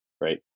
right